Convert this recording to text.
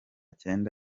cyenda